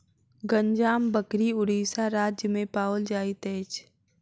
गंजाम बकरी उड़ीसा राज्य में पाओल जाइत अछि